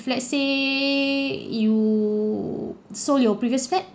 if let's say you sold your previous flat